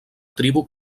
tribu